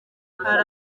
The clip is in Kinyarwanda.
hari